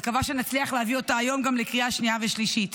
ומקווה שנצליח להביא אותה היום גם לקריאה שנייה ושלישית.